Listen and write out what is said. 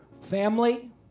family